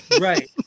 Right